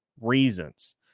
reasons